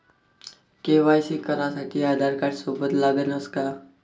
KYC करासाठी आधारकार्ड सोबत लागनच का?